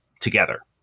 together